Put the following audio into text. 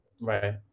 right